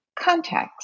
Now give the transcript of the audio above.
context